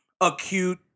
acute